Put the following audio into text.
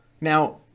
Now